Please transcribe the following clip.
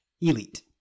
elite